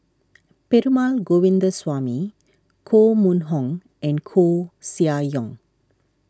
Perumal Govindaswamy Koh Mun Hong and Koeh Sia Yong